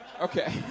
Okay